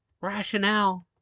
rationale